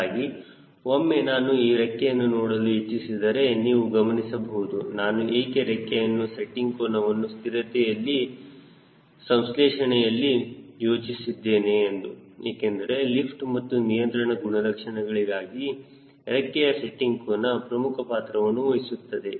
ಹೀಗಾಗಿ ಒಮ್ಮೆ ನಾನು ಈ ರೆಕ್ಕೆಯನ್ನು ನೋಡಲು ಇಚ್ಛಿಸಿದರೆ ನೀವು ಗಮನಿಸಬಹುದು ನಾನು ಏಕೆ ರೆಕ್ಕೆಯ ಸೆಟ್ಟಿಂಗ್ ಕೋನವನ್ನು ಸ್ಥಿರತೆಯ ಸಂಶ್ಲೇಷಣೆಯಲ್ಲಿ ಯೋಚಿಸುತ್ತಿದ್ದೇನೆ ಎಂದು ಏಕೆಂದರೆ ಲಿಫ್ಟ್ ಮತ್ತು ನಿಯಂತ್ರಣ ಗುಣಲಕ್ಷಣಗಳಿಗಾಗಿ ರೆಕ್ಕೆಯ ಸೆಟ್ಟಿಂಗ್ ಕೋನ ಪ್ರಮುಖ ಪಾತ್ರವನ್ನು ವಹಿಸುತ್ತದೆ